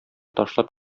ташлап